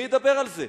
מי ידבר על זה?